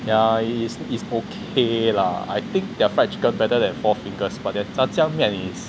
ya it is it's okay lah I think their fried chicken better than four fingers but their 炸酱面 is